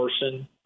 person